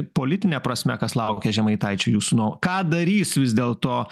politine prasme kas laukia žemaitaičio jūsų nuo ką darys vis dėlto